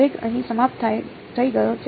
આવેગ અહીં સમાપ્ત થઈ ગયો છે